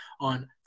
on